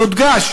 יודגש